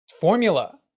formula